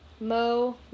Mo